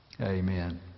Amen